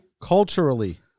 culturally